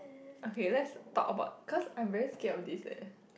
okay let's talk about cause I'm very scared of this leh